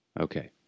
Okay